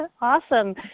Awesome